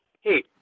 hey